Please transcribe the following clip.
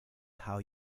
how